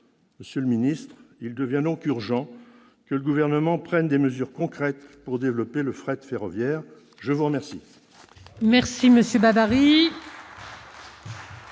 Monsieur le secrétaire d'État, il devient donc urgent que le Gouvernement prenne des mesures concrètes pour développer le fret ferroviaire. La parole